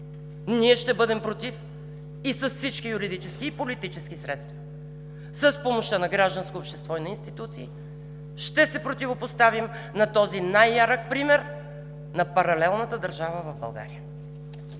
Ние ще бъдем „против“ с всички юридически и политически средства. С помощта на гражданското общество и институциите ще се противопоставим на този най-ярък пример на паралелната държава в България!